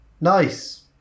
nice